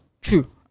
true